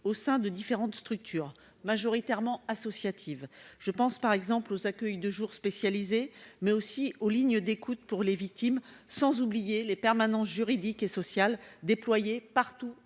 au sein de différentes structures majoritairement associative, je pense par exemple aux accueils de jour spécialisé, mais aussi aux lignes d'écoute pour les victimes, sans oublier les permanences juridiques et sociales déployée partout